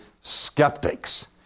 skeptics